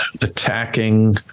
attacking